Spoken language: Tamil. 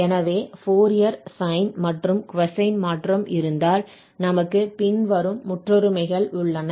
எனவே ஃபோரியர் சைன் மற்றும் கொசைன் மாற்றம் இருந்தால் நமக்கு பின்வரும் முற்றொருமைகள் உள்ளன